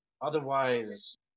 otherwise